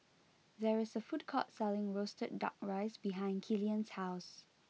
there is a food court selling Roasted Duck Rice behind Killian's house